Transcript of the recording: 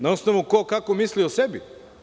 Na osnovu ko kako misli o sebi?